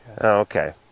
Okay